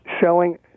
selling